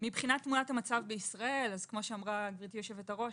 תמונת המצב בישראל כמו שאמרה גברתי היושבת-ראש,